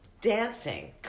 dancing